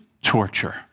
torture